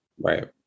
Right